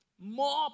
more